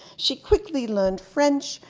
she quickly learned french,